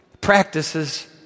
practices